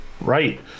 Right